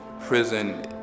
Prison